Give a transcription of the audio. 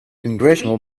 congressional